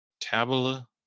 tabula